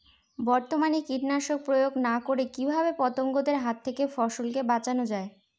বর্তমানে কীটনাশক প্রয়োগ না করে কিভাবে পতঙ্গদের হাত থেকে ফসলকে বাঁচানো যায়?